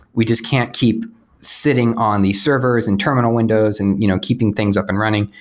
we just can't keep sitting on these servers and terminal windows and you know keeping things up and running.